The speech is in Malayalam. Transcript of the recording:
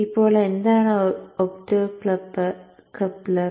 ഇപ്പോൾ എന്താണ് ഒപ്റ്റോകപ്ലർ